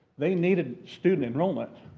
they needed student enrollment.